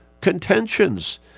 contentions